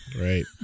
Right